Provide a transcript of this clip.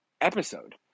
episode